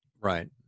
Right